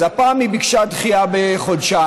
אז הפעם היא ביקשה דחייה בחודשיים,